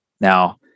Now